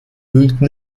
wühlten